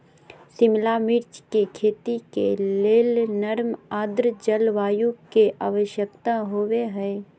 शिमला मिर्च के खेती के लेल नर्म आद्र जलवायु के आवश्यकता होव हई